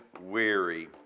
weary